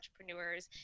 entrepreneurs